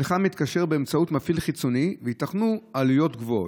אתה מתקשר באמצעות מפעיל חיצוני וייתכנו עלויות גבוהות?